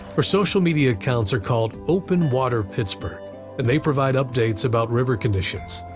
her social media accounts are called open water pittsburgh and they provide updates about river conditions.